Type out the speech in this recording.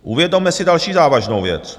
Uvědomme si další závažnou věc.